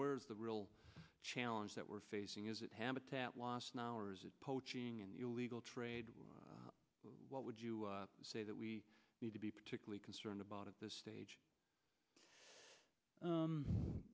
where is the real challenge that we're facing is it habitat loss now or is it poaching a new legal trade what would you say that we need to be particularly concerned about at this stage